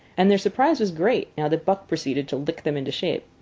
and their surprise was great now that buck proceeded to lick them into shape.